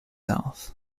health